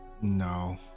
No